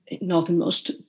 northernmost